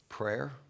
Prayer